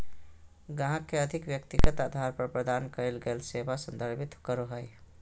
ग्राहक के अधिक व्यक्तिगत अधार पर प्रदान कइल गेल सेवा के संदर्भित करो हइ